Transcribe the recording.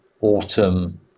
autumn